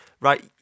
right